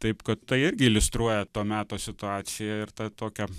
taip kad tai irgi iliustruoja to meto situaciją ir tą tokią